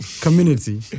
community